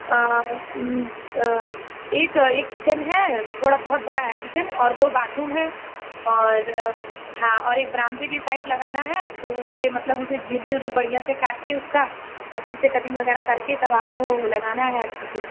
आ एक एक किचन है थोड़ा बहुत बड़ा है किचन और दो बाथरूम है और हाँ और एक बरामदे की साइड लगाना है तो उसे मतलब उसे बढ़िया से काट कर उसका अच्छे से कटिंग वगैरह करके तब आपको लगाना है अच्छे से